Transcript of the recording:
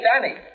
Danny